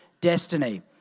Destiny